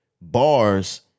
bars